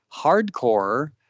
hardcore